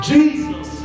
Jesus